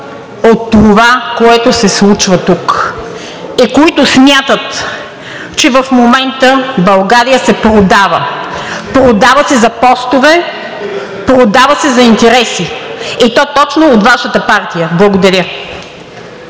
от това, което се случва тук, които смятат, че в момента България се продава, продава се за постове, продава се за интереси, и то точно от Вашата партия. Благодаря